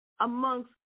amongst